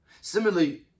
Similarly